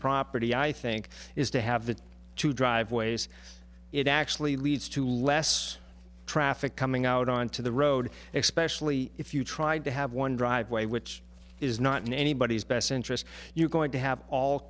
property i think is to have the two driveways it actually leads to less traffic coming out onto the road especially if you tried to have one driveway which is not in anybody's best interest you're going to have all